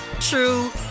true